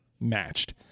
matched